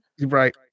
right